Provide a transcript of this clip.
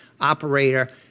operator